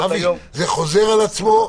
זה חוזר על עצמו,